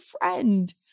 friend